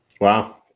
Wow